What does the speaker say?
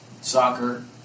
Soccer